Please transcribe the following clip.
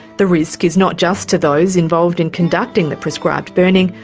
the risk is not just to those involved in conducting the prescribed burning,